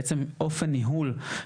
בעצם אופן ניהול,